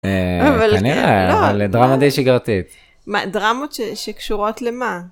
דרמות שקשורות למה.